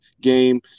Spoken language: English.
game